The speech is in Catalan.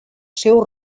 seu